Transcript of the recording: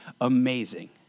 amazing